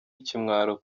ikimwaro